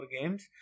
games